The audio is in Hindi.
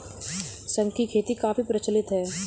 शंख की खेती काफी प्रचलित है